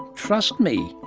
trust me.